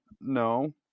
no